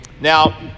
Now